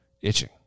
itching